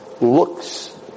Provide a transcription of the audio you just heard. looks